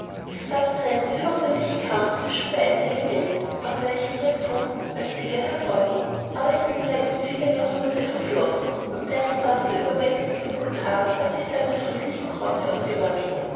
es gab dann einen fürchterlichen kampf zwischen beiden elementen aus welchem neptun als sieger hervorging aber es sind seitdem viele jahrhunderte verflossen und der vom wasser überwältigte vulkan hat sich zu einer friedlichen grotte umgewandelt